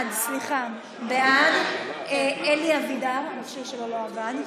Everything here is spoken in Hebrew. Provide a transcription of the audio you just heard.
סליחה, בעד, של אלי אבידר, המכשיר שלו לא עבד,